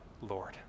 Lord